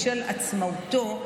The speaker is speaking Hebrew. בשל עצמאותו,